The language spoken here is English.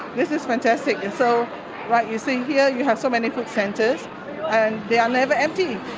this is fantastic, and so you see here you have so many food centres, and they are never empty,